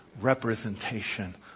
representation